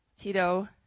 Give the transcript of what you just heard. Tito